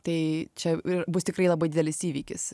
tai čia bus tikrai labai didelis įvykis